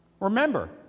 Remember